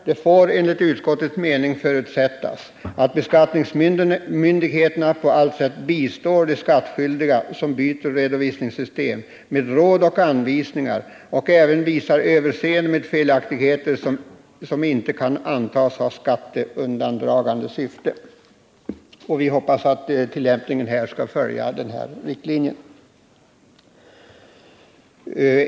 Det får enligt utskottets mening förutsättas att beskattningsmyndigheterna på allt sätt bistår de skattskyldiga som byter redovisningssystem med råd och anvisningar och även visar överseende med felaktigheter som inte kan antas ha skatteundandragande syfte.” Vi får hoppas att man vid tillämpningen följer de här riktlinjerna.